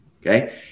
Okay